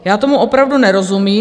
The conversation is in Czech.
Já tomu opravdu nerozumím.